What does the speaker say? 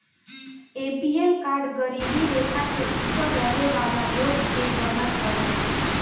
APL card गरीबी रेखा के ऊपर रहे वाला लोग के बनत हवे